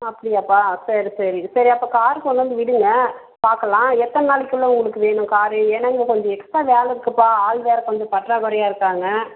அப்படியாப்பா சரி சரி சரி அப்போ காரு கொண்டு வந்து விடுங்கள் பார்க்கலாம் எத்தனை நாளைக்குள்ளே உங்களுக்கு வேணும் காரு ஏன்னால் இங்கே கொஞ்சம் எக்ஸ்ட்ரா வேலை இருக்குதுப்பா ஆள் வேறு கொஞ்சம் பற்றாக்குறையாக இருக்காங்கள்